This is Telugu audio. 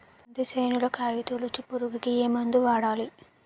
కంది చేనులో కాయతోలుచు పురుగుకి ఏ మందు వాడాలి?